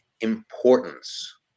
importance